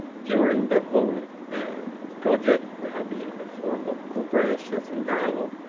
during the whole project there have been a form of cooperations and dialog,